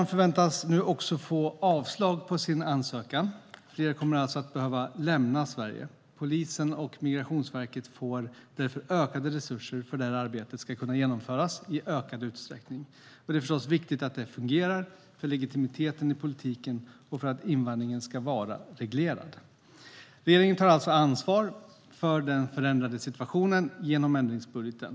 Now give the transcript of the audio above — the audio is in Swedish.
Fler förväntas nu också få avslag på sin ansökan. Fler kommer alltså att behöva lämna Sverige. Polisen och Migrationsverket får därför ökade resurser för att arbetet ska kunna genomföras i ökad utsträckning. Det är förstås viktigt att det fungerar för legitimiteten i politiken och för att invandringen ska vara reglerad. Regeringen tar alltså ansvar för den förändrade situationen i ändringsbudgeten.